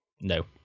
No